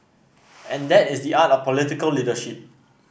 and that is the art of political leadership